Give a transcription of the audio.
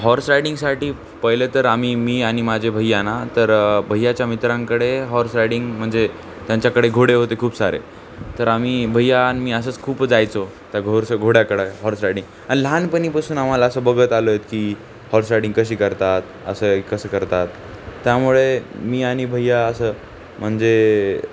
horse रायडिंगसाठी पहिले तर आम्ही मी आणि माझे भय्या ना तरं भैय्यांच्या मित्रांकडे हॉर्स रायडिंग म्हणजे त्यांच्याकडे घोडे होते खूप सारे तर आम्ही भैय्या आणि मी असंच खूप जायचो त्या घोरसं घोड्याकडं हॉर्स रायडिंग आणि लहानपणीपासून आम्हाला असं बघत आलो आहेत की हॉर्स रायडिंग कशी करतात असं कसं करतात त्यामुळे मी आणि भय्या असं म्हणजे